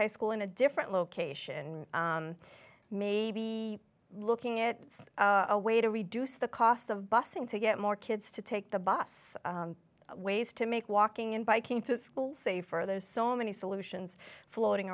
high school in a different location maybe looking at a way to reduce the cost of busing to get more kids to take the bus ways to make walking and biking to schools safer there's so many solutions floating